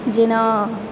जेना